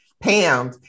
Pam